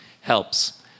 helps